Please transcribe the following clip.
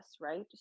right